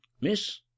miss